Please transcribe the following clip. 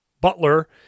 Butler